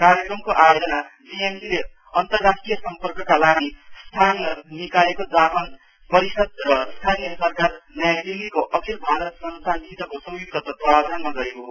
कार्यक्रमको आयोजना जिएमसिले अन्तरराष्ट्रिय सर्म्पकका लागि स्थानीय निकायको जापान परिषद र स्थानीय सरकार नयाँ दिल्लीको अखिल भारत संस्थानसितको संयुक्त तत्वावधानमा गरेको हो